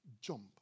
jump